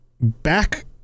back